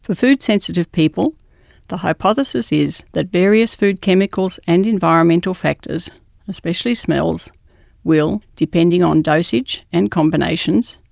for food-sensitive-people, the hypothesis is that various food chemicals and environmental factors especially smells will, depending on dosage and combinations,